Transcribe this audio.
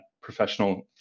professional